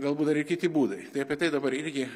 galbūt dar ir kiti būdai tai apie tai dabar irgi